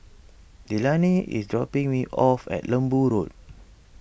Delaney is dropping me off at Lembu Road